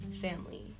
family